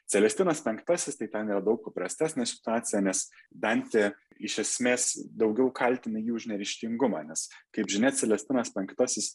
celestinas penktasisi tai ten yra daug paprastesnė situacija nes dantė iš esmės daugiau kaltina jį už neryžtingumą nes kaip žinia celestinas penktasis